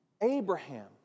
Abraham